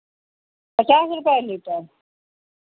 पचास रुपये लीटर